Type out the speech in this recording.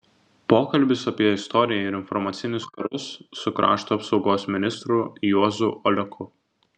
pokalbis apie istoriją ir informacinius karus su krašto apsaugos ministru juozu oleku